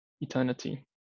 eternity